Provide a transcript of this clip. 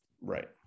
right